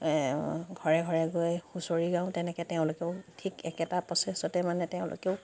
ঘৰে ঘৰে গৈ হুঁচৰি গাওঁ তেনেকে তেওঁলোকেও ঠিক একেটা প্ৰচেছতে মানে তেওঁলোকেও